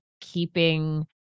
keeping